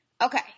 Okay